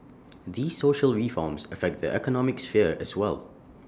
these social reforms affect the economic sphere as well